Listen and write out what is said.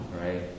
Right